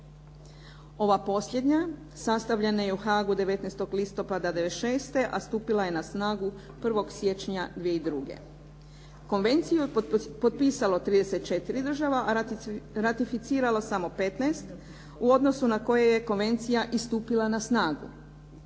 Ova posljednja sastavljena je u Haagu 19. listopada '96., a stupila je na snagu 1.1.2002. Konvenciju je potpisalo 34 države, a ratificiralo samo 15, u odnosu na koje je Konvencija i stupila na snagu.